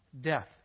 death